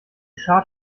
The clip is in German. scharrt